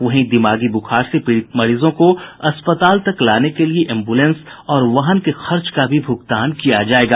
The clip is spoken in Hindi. वहीं दिमागी बुखार से पीड़ित मरीजों को अस्पताल तक लाने के लिये एम्बुलेंस और वाहन के खर्च का भी भुगतान किया जायेगा